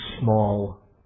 small